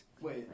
Wait